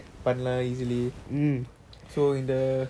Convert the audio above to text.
virus eh containe பண்ண கொஞ்சம்:panna konjam easy eh இருந்துச்சி:irunthuchi